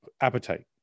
appetite